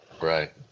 Right